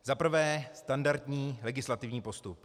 Za prvé, standardní legislativní postup.